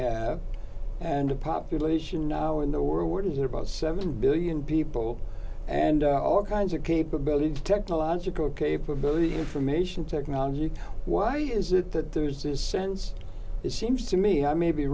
have and the population now in the world what is it about seven billion people and all kinds of capabilities technological capability information technology why is it that there is this sense it seems to me i may be